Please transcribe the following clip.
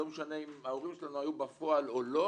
לא משנה את הורינו היו בפועל או לא